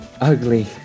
ugly